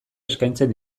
eskaintzen